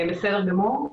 בסדר גמור.